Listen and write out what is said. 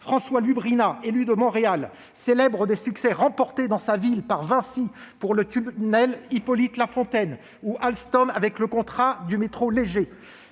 François Lubrina, élu de Montréal, célèbre des succès remportés dans sa ville par Vinci pour le tunnel Louis-Hyppolyte-La Fontaine ou Alstom avec le contrat du métro léger.